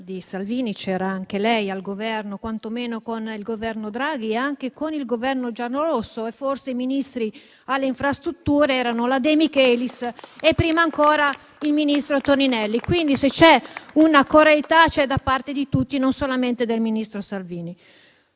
di Salvini c'era anche lei al Governo, quantomeno con il Governo Draghi e anche con il Governo giallorosso, e forse i Ministri alle infrastrutture erano la De Micheli e prima ancora il ministro Toninelli. Quindi, se c'è una correità, questa c'è da parte di tutti, e non solamente del ministro Salvini.